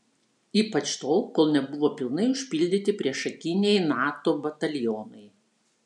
ypač tol kol nebuvo pilnai užpildyti priešakiniai nato batalionai